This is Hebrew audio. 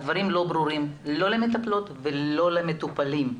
הדברים לא ברורים לא למטפלות ולא למטופלים.